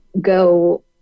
go